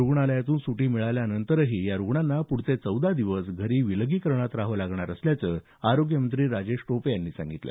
रुग्णालयातून सुटी मिळाल्यानंतरही या रुग्णांना पूढचे चौदा दिवस घरी विलगीकरणात राहावं लागणार असल्याचं आरोग्यमंत्री राजेश टोपे यांनी सांगितलं